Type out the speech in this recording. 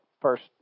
first